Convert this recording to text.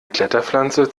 kletterpflanze